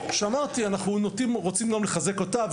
אנחנו רוצים גם לחזק אותה,